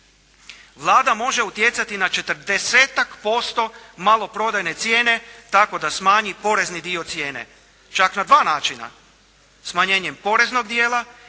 Vlada može utjecati na 40-tak posto maloprodajne cijene tako da smanji porezni dio cijene, čak na dva načina, smanjenjem poreznog dijela ili